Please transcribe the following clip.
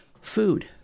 food